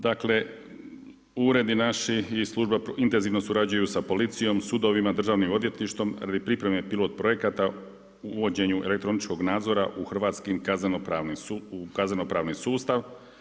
Dakle, uredi naši i služba intenzivno surađuju sa policijom, sudovima, Državnim odvjetništvom radi pripreme pilot projekata u uvođenju elektroničkog nadzora u hrvatskim kazneno-pravni sustav.